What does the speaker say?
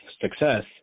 success